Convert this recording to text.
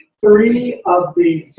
three of the.